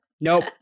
nope